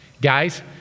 Guys